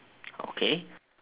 okay